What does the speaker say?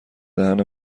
دهن